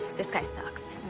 this guy sucks.